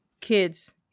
kids